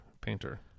Painter